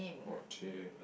orh !chey!